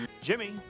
Jimmy